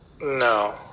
No